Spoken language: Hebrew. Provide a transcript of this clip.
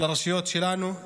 שר האוצר לא יענה לנו על